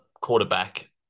quarterback